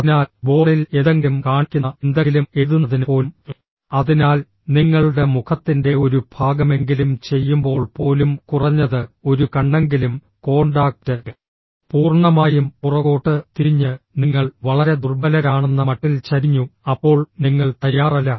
അതിനാൽ ബോർഡിൽ എന്തെങ്കിലും കാണിക്കുന്ന എന്തെങ്കിലും എഴുതുന്നതിന് പോലും അതിനാൽ നിങ്ങളുടെ മുഖത്തിന്റെ ഒരു ഭാഗമെങ്കിലും ചെയ്യുമ്പോൾ പോലും കുറഞ്ഞത് ഒരു കണ്ണെങ്കിലും കോൺടാക്റ്റ് പൂർണ്ണമായും പുറകോട്ട് തിരിഞ്ഞ് നിങ്ങൾ വളരെ ദുർബലരാണെന്ന മട്ടിൽ ചരിഞ്ഞു അപ്പോൾ നിങ്ങൾ തയ്യാറല്ല